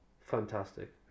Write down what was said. Fantastic